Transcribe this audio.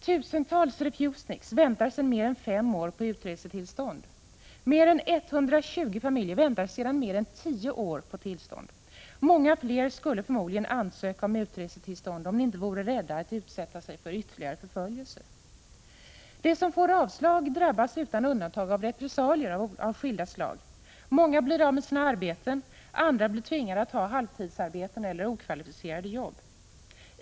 Tusentals refusniks väntar sedan mer än fem år på utresetillstånd, och över 120 familjer har väntat i över tio år på tillstånd. Många fler skulle förmodligen ansöka om utresetillstånd om de inte vore rädda att utsätta sig för ytterligare förföljelser. De som får avslag drabbas utan undantag av repressalier av skilda slag. Många förlorar sina arbeten, och andra blir tvingade att ta halvtidsarbeten eller okvalificerade arbeten.